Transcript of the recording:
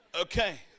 okay